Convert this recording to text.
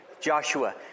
Joshua